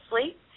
sleep